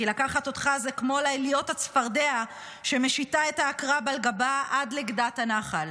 כי לקחת אותך זה כמו להיות הצפרדע שמשיטה את העקרב על גבה עד לגדת הנחל,